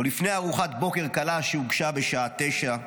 לא לפני ארוחת בוקר קלה שהוגשה בשעה 9:00,